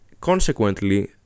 consequently